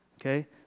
Okay